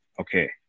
Okay